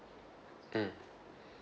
mm